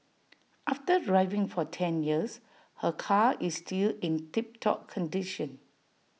after driving for ten years her car is still in tip top condition